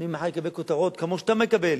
מחר אני אקבל כותרות כמו שאתה מקבל,